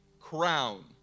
crown